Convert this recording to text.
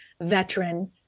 veteran